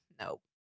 nope